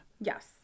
Yes